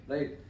Right